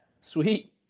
sweet